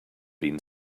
being